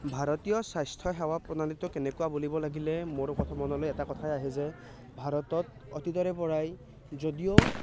ভাৰতীয় স্বাস্থ্য সেৱা প্ৰণালীটো কেনেকুৱা বুলিব লাগিলে মোৰ প্ৰথমে মনলৈ এটা কথাই আহে যে ভাৰতত অতিজৰে পৰাই যদিও